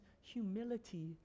humility